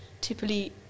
typically